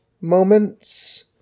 moments